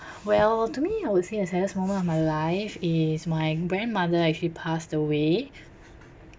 well to me I would say a saddest moment of my life is my grandmother actually passed away